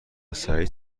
سعید